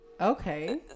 Okay